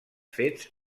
fets